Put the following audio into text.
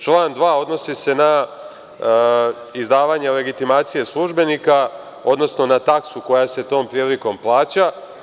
Član 2. odnosi se na izdavanje legitimacije službenika, odnosno na taksu koja se tom prilikom plaća.